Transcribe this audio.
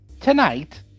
tonight